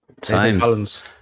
Times